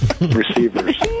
receivers